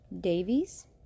Davies